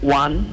one